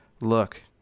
look